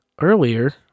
earlier